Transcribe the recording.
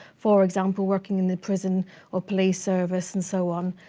for example, working in the prison or police service and so on.